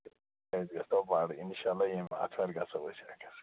أسۍ گَژھو بَڈٕ اِنشا اللہ ییٚمہِ اَتھوارِ گَژھو أسۍ